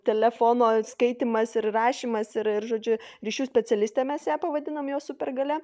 telefono skaitymas ir rašymas ir ir žodžiu ryšių specialistė mes ją pavadinom jos supergalia